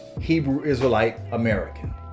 Hebrew-Israelite-American